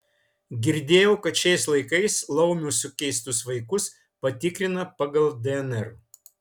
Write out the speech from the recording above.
girdėjau kad šiais laikais laumių sukeistus vaikus patikrina pagal dnr